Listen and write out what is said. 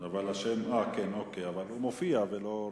הוא מופיע.